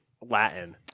Latin